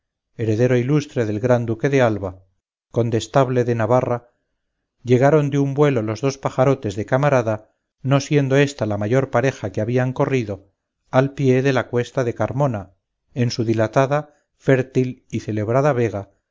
heredero ilustre del gran duque de alba condestable de navarra llegaron de un vuelo los dos pajarotes de camarada no siendo ésta la mayor pareja que habían corrido al pie de la cuesta de carmona en su dilatada fértil y celebrada vega